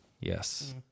Yes